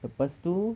lepas tu